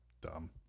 Dumb